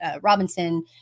Robinson